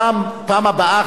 בפעם הבאה,